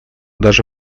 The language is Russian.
даже